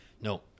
No